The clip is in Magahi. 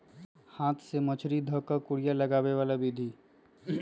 हाथ से मछरी ध कऽ कुरिया लगाबे बला विधि